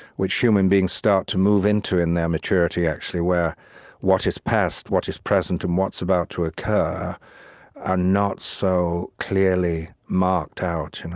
which human beings start to move into in their maturity, actually, where what is past, what is present, and what's about to occur are not so clearly marked out. and